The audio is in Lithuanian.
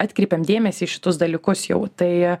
atkreipėm dėmesį į šitus dalykus jau tai